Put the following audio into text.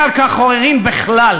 אין על כך עוררין בכלל.